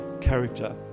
character